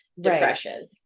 depression